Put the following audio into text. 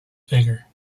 figure